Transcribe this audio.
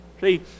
See